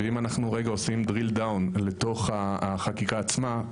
אם אנחנו רגע עושים drill down לתוך החקיקה עצמה,